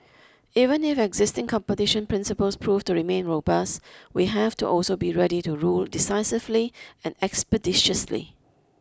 even if existing competition principles prove to remain robust we have to also be ready to rule decisively and expeditiously